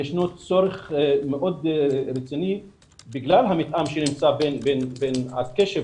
שיש צורך מאוד רציני בגלל המתאם שנמצא בין הקשר